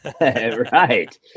Right